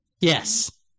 Yes